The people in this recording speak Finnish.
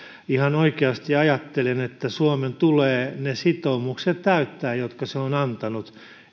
ihan oikeasti ajattelen että suomen tulee ne sitoumukset täyttää jotka se on antanut